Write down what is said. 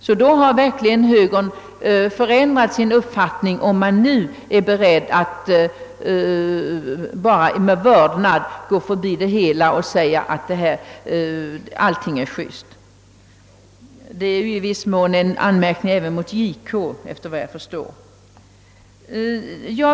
Högern har verkligen ändrat sin uppfattning om den nu är beredd att bara med vördnad gå förbi det hela och säga att allting är juste. Detta högerns beteende är i viss mån också en anmärkning mot JK, efter vad jag kan förstå.